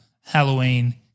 Halloween